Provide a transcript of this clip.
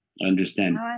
understand